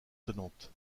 tenante